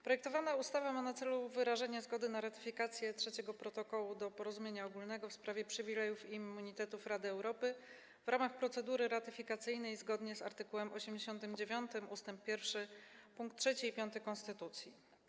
Projektowana ustawa ma na celu wyrażenie zgody na ratyfikację Trzeciego Protokołu do Porozumienia ogólnego w sprawie przywilejów i immunitetów Rady Europy w ramach procedury ratyfikacyjnej, zgodnie z art. 89 ust. 1 pkt 3 i 5 konstytucji.